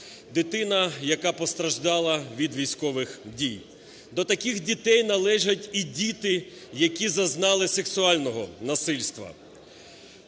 дитина, яка постраждала від військових дій. До таких дітей належать і діти, які зазнали сексуального насильства.